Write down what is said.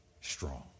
strong